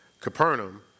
Capernaum